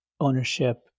ownership